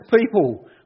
people